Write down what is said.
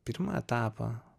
pirmą etapą